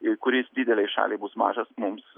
kuris didelei šaliai bus mažas mums